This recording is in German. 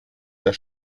der